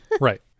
Right